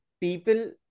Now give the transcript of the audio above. people